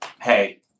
hey